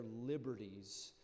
liberties